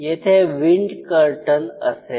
येथे wind curtain असेल